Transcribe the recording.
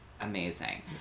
amazing